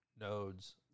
nodes